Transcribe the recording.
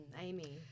Amy